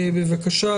בבקשה,